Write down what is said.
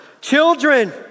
Children